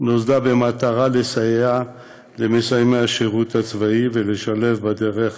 נוסדה במטרה לסייע למסיימי השירות הצבאי להשתלב בדרך